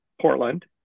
Portland